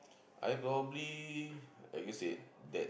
I probably like you said that